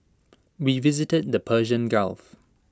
we visited the Persian gulf